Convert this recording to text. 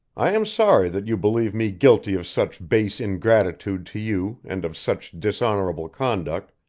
i am sorry that you believe me guilty of such base ingratitude to you and of such dishonorable conduct,